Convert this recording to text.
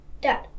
Dad